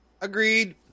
Agreed